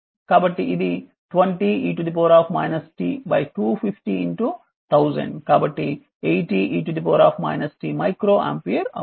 కాబట్టి ఇది 20 e t 2501000 కాబట్టి 80 e t మైక్రో ఆంపియర్